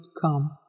come